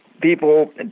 people